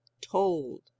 told